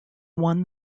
won